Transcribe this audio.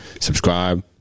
subscribe